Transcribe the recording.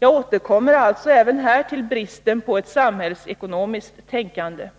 Jag återkommer alltså även här till bristen på ett samhällsekonomiskt tänkande. Samtidigt som